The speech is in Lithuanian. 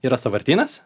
yra sąvartynas